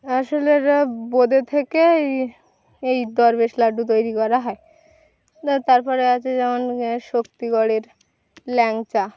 আসলের এটা বোঁদে থেকে এই দরবেশ লাড্ডু তৈরি করা হয় তারপরে আছে যেমন শক্তিগড়ের ল্যাংচা